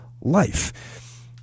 life